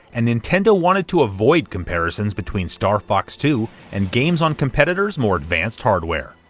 and nintendo wanted to avoid comparisons between star fox two and games on competitors more advanced hardware.